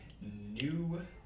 new